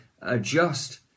adjust